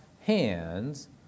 hands